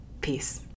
Peace